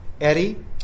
Eddie